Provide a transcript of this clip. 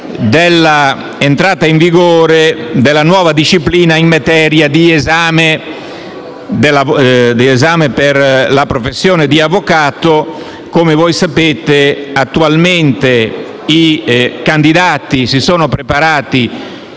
della nuova disciplina in materia di esame per la professione di avvocato. Come sapete, attualmente i candidati si sono preparati